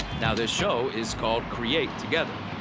now this show is called create together.